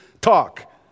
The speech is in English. talk